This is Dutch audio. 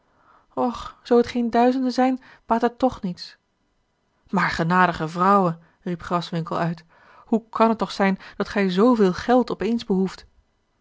och zoo t geen duizenden zijn baat het toch niets maar genadige vrouwe riep graswinckel uit hoe kan het toch zijn dat gij zveel geld op eens behoeft